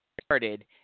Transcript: started